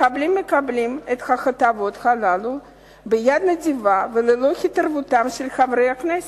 מחבלים מקבלים את ההטבות הללו ביד נדיבה וללא התערבותם של חברי הכנסת.